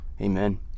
Amen